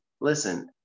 listen